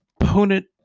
opponent